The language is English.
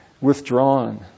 withdrawn